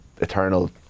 eternal